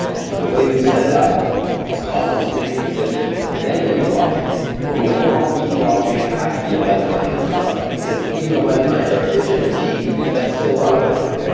and so the way we've set it up is cosmos is going to consist of many, many blockchains, but we don't want each blockchain to have to be a light client for each other, because even though light clients are efficient and cheap, that's still a lot of overhead.